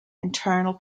internal